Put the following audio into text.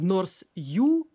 nors jų